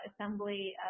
assembly